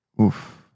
Oof